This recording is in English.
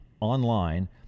online